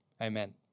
Amen